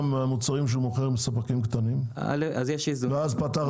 מהמוצרים שהוא מוכר מספקים קטנים ואז פתרתי את הבעיה?